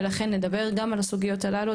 ולכן נדבר גם על הסוגיות הללו,